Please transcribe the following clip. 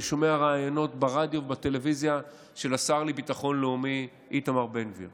אני שומע ראיונות של השר לביטחון לאומי איתמר בן גביר